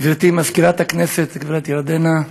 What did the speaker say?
גברתי מזכירת הכנסת, הגברת ירדנה,